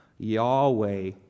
Yahweh